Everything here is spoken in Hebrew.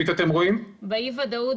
יש ארבע או ודאויות